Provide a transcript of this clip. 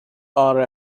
are